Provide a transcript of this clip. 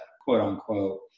quote-unquote